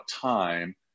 time